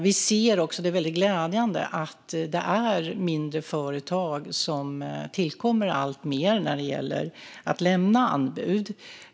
Vi ser, vilket är glädjande, att mindre företag tillkommer alltmer när det gäller att lämna anbud.